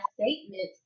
statements